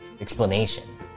explanation